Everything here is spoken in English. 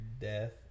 death